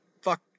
fuck